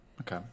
Okay